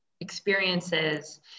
experiences